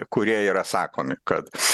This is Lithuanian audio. kurie yra sakomi kad